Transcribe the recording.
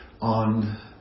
on